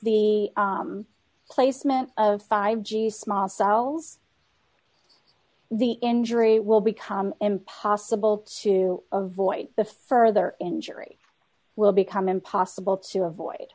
the placement of five g s small cells the injury will become impossible to avoid the further injury will become impossible to avoid